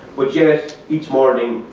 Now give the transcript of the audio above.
but yet, each morning,